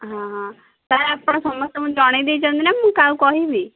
ହଁ ହଁ ସାର୍ ଆପଣ ସମସ୍ତଙ୍କୁ ଜଣାଇ ଦେଇଛନ୍ତି ନା ମୁଁ କାହାକୁ କହିବି